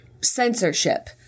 censorship